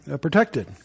protected